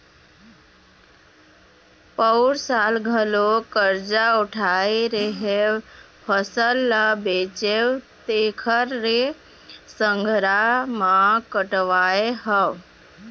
पउर साल घलोक करजा उठाय रेहेंव, फसल ल बेचेंव तेखरे संघरा म कटवाय हँव